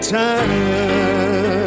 time